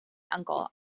uncle